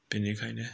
बेनिखायनो